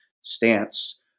stance